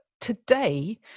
today